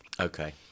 Okay